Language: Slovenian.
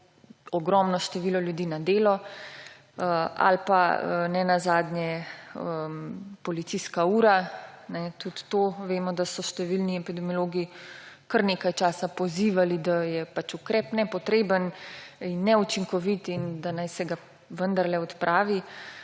ogromno število ljudi na delo. Ali pa nenazadnje policijska ura, ko vemo, da so številni epidemiologi, kar nekaj časa pozivali, da je ukrep nepotreben in neučinkovit in da naj se ga vendarle odpravi.